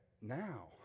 now